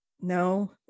no